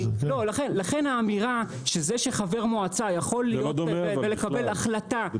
לכן האמירה של זה שחבר מועצה יכול לקבל החלטה -- זה לא דומה אבל,